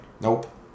Nope